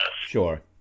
Sure